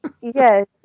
Yes